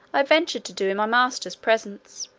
i ventured to do in my master's presence.